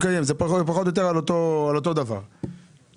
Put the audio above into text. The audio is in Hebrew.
זה דיון חשוב שמשפיע על כל דבר במדינת ישראל.